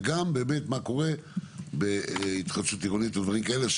וגם באמת מה קורה בהתחדשות עירונית או דברים כאלה,